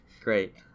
great